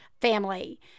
family